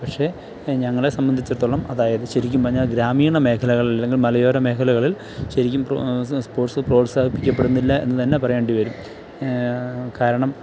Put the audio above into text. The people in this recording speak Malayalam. പക്ഷേ ഞങ്ങളെ സംബന്ധിച്ചിടത്തോളം അതായത് ശരിക്കും പറഞ്ഞാൽ ഗ്രാമീണ മേഖലകളിൽ അല്ലെങ്കിൽ മലയോര മേഖലകളിൽ ശരിക്കും പ്രൊ സ്പോർട്ട്സ് പ്രോത്സാഹിപ്പിക്കപ്പെടുന്നില്ല എന്ന് തന്നെ പറയേണ്ടി വരും കാരണം